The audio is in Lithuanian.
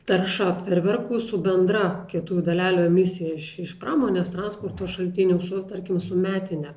taršą ot ferverkų su bendra kietųjų dalelių emisija iš iš pramonės transporto šaltinių su tarkim su metine